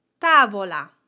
tavola